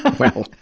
ah well,